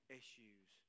issues